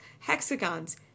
hexagons